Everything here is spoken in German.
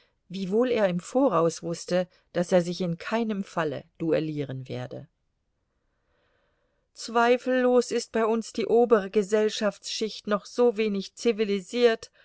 wiewohl er im voraus wußte daß er sich in keinem falle duellieren werde zweifellos ist bei uns die obere gesellschaftsschicht noch so wenig